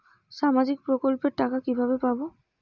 সামাজিক প্রকল্পের টাকা কিভাবে পাব?